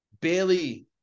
Bailey